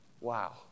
Wow